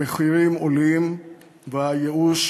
המחירים עולים והייאוש